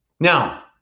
Now